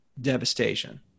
devastation